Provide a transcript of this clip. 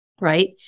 Right